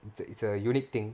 it's a it's a unique thing